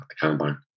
combine